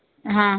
हा